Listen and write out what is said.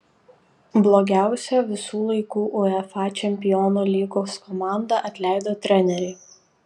blogiausia visų laikų uefa čempionų lygos komanda atleido trenerį